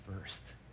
first